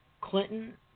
Clinton